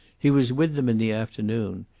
he was with them in the afternoon.